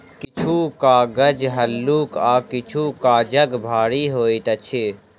किछु कागज हल्लुक आ किछु काजग भारी होइत अछि